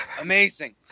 amazing